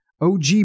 OG